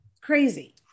crazy